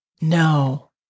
No